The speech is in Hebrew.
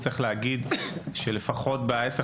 צריך להגיד שלפחות ב-10,